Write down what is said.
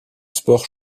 sports